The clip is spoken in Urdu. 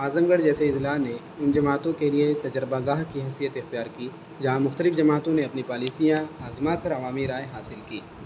اعظم گڑھ جیسے اضلاع نے ان جماعتوں کے لیے تجربہ گاہ کی حیثیت اختیار کی جہاں مختلف جماعتوں نے اپنی پالیسیاں آزماں کر عوامی رائے حاصل کی